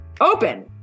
open